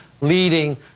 leading